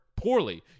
Poorly